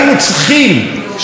אנחנו היינו עדיין בתפוצות.